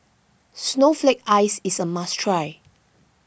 Snowflake Ice is a must try